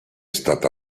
stata